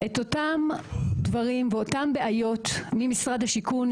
את אותם דברים ואותם בעיות ממשרד השיכון,